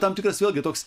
tam tikras vėlgi toks